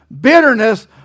Bitterness